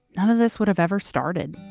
none of this would've ever started,